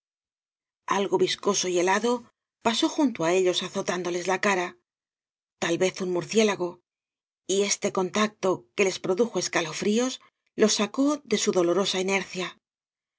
algo viscoso y helado pasó junto á ellos azotándoles la cara tal vez un murciélago y este contacto que les produjo escalofríos los sacó de su dolorosa inercia